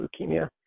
leukemia